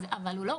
אבל הוא לא,